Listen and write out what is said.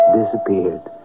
disappeared